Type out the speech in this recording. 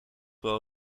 wel